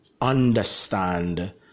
understand